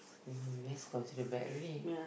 uh that's considered bad already